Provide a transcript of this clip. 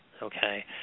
Okay